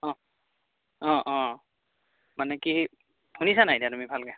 অঁ অঁ অঁ মানে কি শুনিছা নাই এতিয়া তুমি ভালকৈ